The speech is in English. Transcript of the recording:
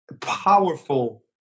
powerful